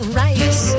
right